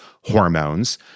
hormones